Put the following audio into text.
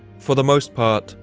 for the most part,